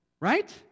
Right